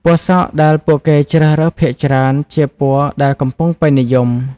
ពណ៌សក់ដែលពួកគេជ្រើសរើសភាគច្រើនជាពណ៌ដែលកំពុងពេញនិយម។